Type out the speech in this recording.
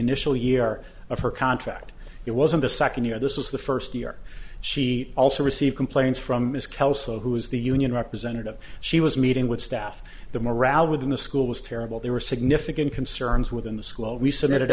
initial year of her contract it was in the second year this was the first year she also received complaints from ms kelsoe who was the union representative she was meeting with staff the morale within the school was terrible there were significant concerns within the school we submitted